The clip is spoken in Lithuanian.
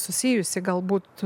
susijusi galbūt